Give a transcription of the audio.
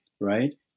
right